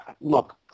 Look